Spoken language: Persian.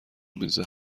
میزد